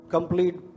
Complete